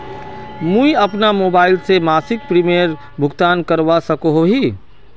मुई अपना मोबाईल से मासिक प्रीमियमेर भुगतान करवा सकोहो ही?